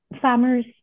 farmers